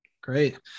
Great